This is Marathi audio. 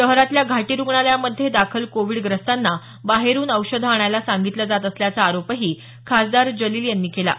शहरातल्या घाटी रुग्णालयामध्ये दाखल कोविडग्रस्तांना बाहेरून औषध आणायला सांगितलं जात असल्याचा आरोपही खासदार जलील यांनी केला आहे